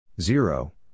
zero